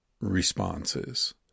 responses